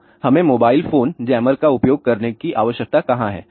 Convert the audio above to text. तो हमें mobile phone jammer का उपयोग करने की आवश्यकता कहां है